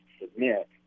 submit